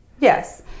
yes